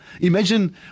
Imagine